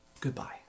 Goodbye